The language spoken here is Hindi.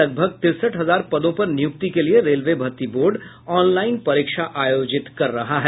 लगभग तिरसठ हजार पदों पर नियुक्ति के लिए रेलवे भर्ती बोर्ड ऑन लाईन परीक्षा आयोजित कर रहा है